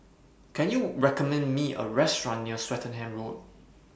Can YOU recommend Me A Restaurant near Swettenham Road